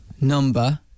Number